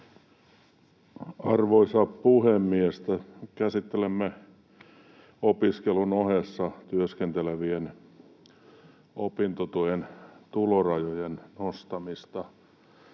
Arvoisa puhemies! Käsittelemme opiskelun ohessa työskentelevien opintotuen tulorajojen nostamista.